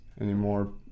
anymore